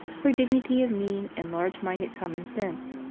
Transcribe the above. for dignity of mien and large minded common-sense.